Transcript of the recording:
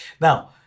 Now